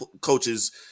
coaches